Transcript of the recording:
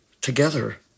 together